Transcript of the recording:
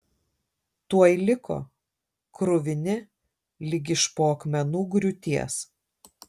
tuoj liko kruvini lyg iš po akmenų griūties